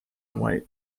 white